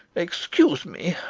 excuse me,